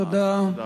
תודה רבה.